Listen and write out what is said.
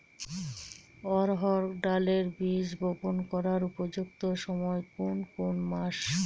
অড়হড় ডালের বীজ বপন করার উপযুক্ত সময় কোন কোন মাস?